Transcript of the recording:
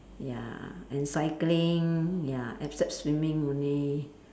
ya and cycling ya except swimming only